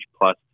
plus